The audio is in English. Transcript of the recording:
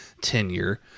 tenure